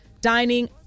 dining